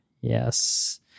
Yes